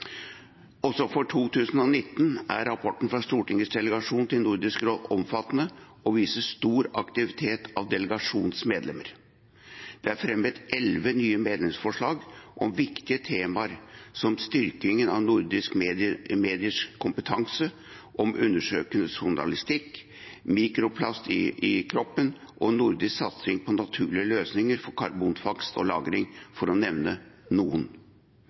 Også for 2019 er rapporten fra Stortingets delegasjon til Nordisk råd omfattende og viser stor aktivitet av delegasjonens medlemmer. Det er fremmet elleve nye medlemsforslag om viktige temaer, som styrking av nordiske mediers kompetanse om undersøkende journalistikk, mikroplast i kroppen og nordisk satsing på naturlige løsninger for karbonfangst og -lagring, for å nevne noen.